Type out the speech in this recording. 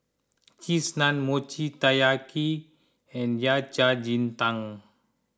Cheese Naan Mochi Taiyaki and Yao Cai Ji Tang